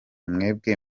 mwebwe